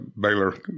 Baylor